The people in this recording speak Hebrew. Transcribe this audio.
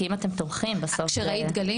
כי אם אתם תומכים --- כשראית דגלים,